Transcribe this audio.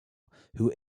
who